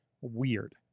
weird